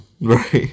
Right